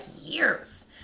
years